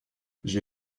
j’ai